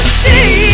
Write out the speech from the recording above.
see